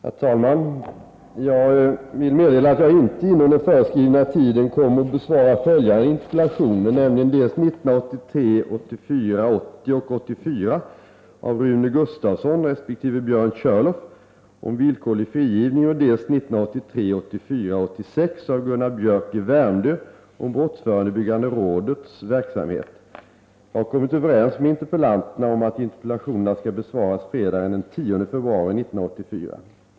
Herr talman! Jag vill meddela att jag inte inom den föreskrivna tiden kommer att besvara följande interpellationer: dels interpellationerna 1983 84:86 av Gunnar Biörck i Värmdö om brottsförebyggande rådets verksamhet. Jag har kommit överens med interpellanterna om att interpellationerna skall besvaras fredagen den 10 februari 1984.